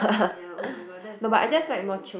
ya oh my god that's another level